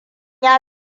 ya